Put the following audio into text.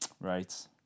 right